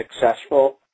successful